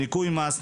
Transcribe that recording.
ניכוי מס,